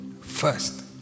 First